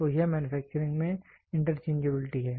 तो यह मैन्युफैक्चरिंग में इंटरचेंजबिलिटी है